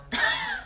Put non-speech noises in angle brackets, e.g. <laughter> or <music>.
<noise>